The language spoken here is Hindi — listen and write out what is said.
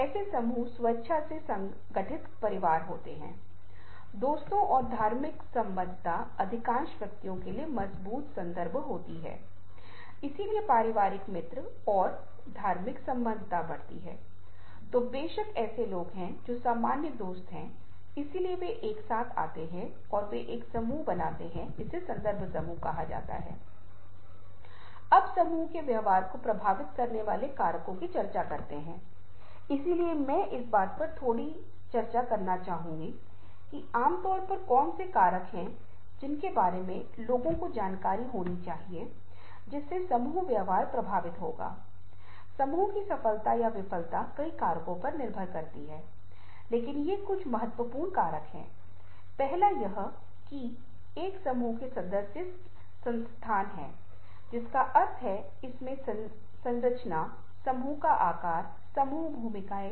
अब आप देखें कि ग्रंथ भी एनिमेशन बन सकते हैं अब तक हमने ग्रंथों को चित्रों के रूप में देखा है लेकिन जब पाठ एनिमेशन बन जाते हैं तो वे कुछ अन्य विशेषताओं को प्राप्त करने का प्रबंधन करते हैं जैसे वे चित्र हैं या उनके पास कुछ छवि गुण है वे अभिनेताओं को भी पसंद करते हैं क्योंकि वे विशिष्ट तरीके से व्यवहार करते हैं और भले ही वे किसी भी चीज़ की छवियां नहीं हैं जो टाइपोग्राफी को व्यक्त करने का प्रबंधन करता है भले ही वे अभिनेता हों वे एक अलग तरह का अर्थ बताने में कामयाब रहे जो छवियों से जुड़ा है